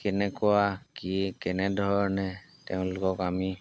কেনেকুৱা কি কেনেধৰণে তেওঁলোকক আমি